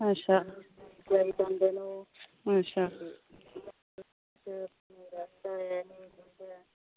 अच्छा अच्छा